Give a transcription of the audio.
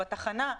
בתחנה.